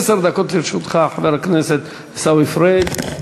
עשר דקות לרשותך, חבר הכנסת עיסאווי פריג'.